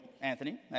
Anthony